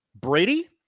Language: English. Brady